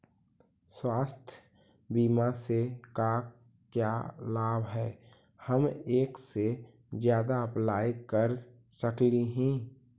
स्वास्थ्य बीमा से का क्या लाभ है हम एक से जादा अप्लाई कर सकली ही?